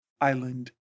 Island